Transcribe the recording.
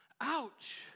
Ouch